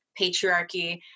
patriarchy